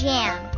Jam